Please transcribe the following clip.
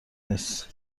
نیست